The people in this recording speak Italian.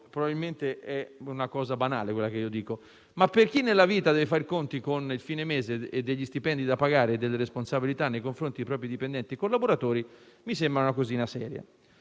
probabilmente quella che dico è una cosa banale; ma per chi nella vita deve fare i conti con il fine mese, con gli stipendi da pagare e con le responsabilità nei confronti dei propri dipendenti e collaboratori, mi sembra una cosa seria.